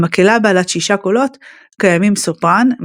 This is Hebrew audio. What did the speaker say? במקהלה בעלת שישה קולות קיימים סופרן,